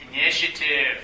initiative